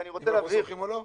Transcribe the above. אם אנחנו סומכים או לא?